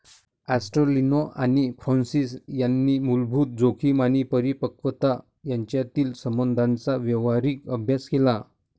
ॲस्टेलिनो आणि फ्रान्सिस यांनी मूलभूत जोखीम आणि परिपक्वता यांच्यातील संबंधांचा व्यावहारिक अभ्यास केला